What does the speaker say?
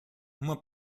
uma